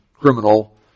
criminal